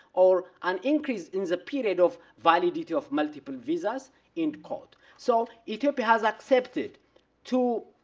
or an increase in the period of validity of multiple visas in court. so ethiopia has accepted to